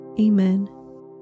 amen